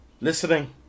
listening